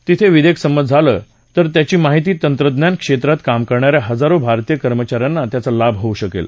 तिथे हे विधेयक संमत झालं तर त्याचा माहिती तंत्रज्ञानक्षेत्रतात काम करणाऱ्या हजारो भारतीय कर्मचाऱ्यांना लाभ होऊ शकेल